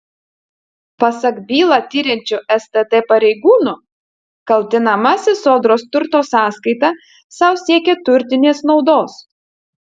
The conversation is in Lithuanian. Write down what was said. pasak bylą tiriančių stt pareigūnų kaltinamasis sodros turto sąskaita sau siekė turtinės naudos